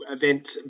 event